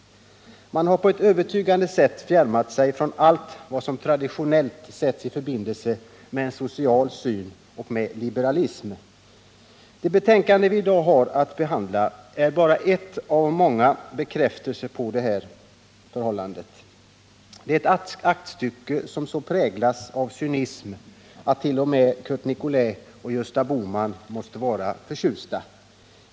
Man har på ett övertygande sätt fjärmat sig från allt som traditionellt sätts i förbindelse med en social syn och med liberalism. Det betänkande vi i dag har att behandla är bara en av många bekräftelser på detta förhållande. Det är ett aktstycke som så präglas av cynism attt.o.m. Curt Nicolin och Gösta Bohman måste vara förtjusta.